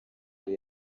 yari